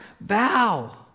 bow